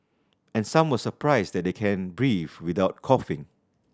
and some were surprised that they can breathe without coughing